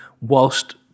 whilst